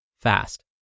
fast